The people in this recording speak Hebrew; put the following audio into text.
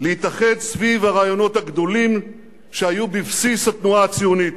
להתאחד סביב הרעיונות הגדולים שהיו בבסיס התנועה הציונית.